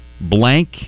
Blank